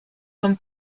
von